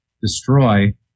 destroy